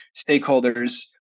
stakeholders